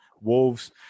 Wolves